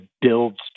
builds